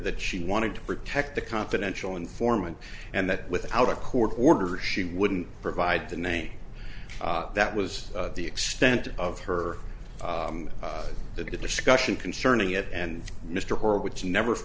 that she wanted to protect the confidential informant and that without a court order she wouldn't provide the name that was the extent of her the discussion concerning it and mr horan which never